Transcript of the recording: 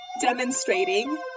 demonstrating